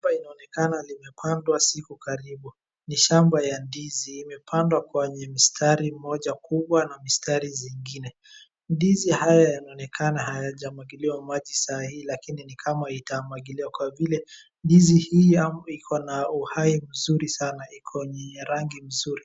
Hapa inaonekana limepandwa siku karibu. Ni shamba ya ndizi imepandwa kwenye mstari mmoja kubwa na mistari zingine. Ndizi haya yanaonekana hayajamwagiliwa maji saa hii, lakini ni kama itamwagiliwa, kwa vile ndizi hii iko na uhai mzuri sana. Iko ni ya rangi mzuri.